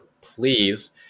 please